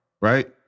Right